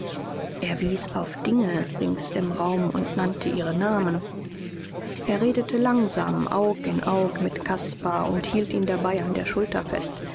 er wies auf dinge rings im raum und nannte ihre namen er redete langsam aug in aug mit caspar und hielt ihn dabei an der schulter fest